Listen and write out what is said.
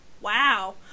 Wow